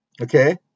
Okay